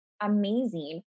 amazing